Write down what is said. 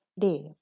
Day